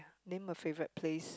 name a favorite place